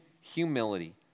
humility